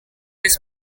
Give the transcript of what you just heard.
has